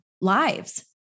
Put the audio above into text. lives